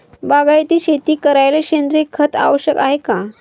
बागायती शेती करायले सेंद्रिय खत आवश्यक हाये का?